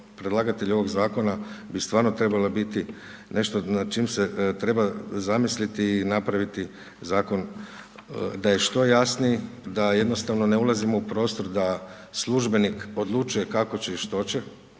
predlagatelju ovog zakona, bi stvarno trebala biti, nešto na čim se treba zamisliti i napraviti zakon, da je što jasniji, da jednostavno ne ulazimo u prostor, da službenik, odlučuje kako će i što će,